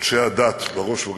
קודשי הדת בראש וראשונה.